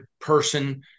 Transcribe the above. person